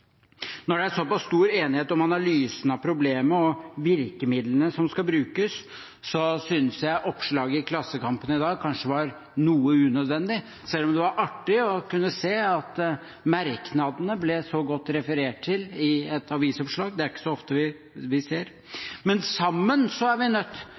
Når det er såpass stor enighet om analysen av problemet og om virkemidlene som skal brukes, synes jeg oppslaget i Klassekampen i dag kanskje var noe unødvendig, selv om det var artig å kunne se at merknadene ble så godt referert til i et avisoppslag – det er det ikke så ofte vi ser. Sammen er vi nødt